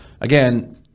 again